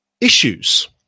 issues